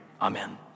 amen